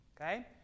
okay